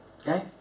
Okay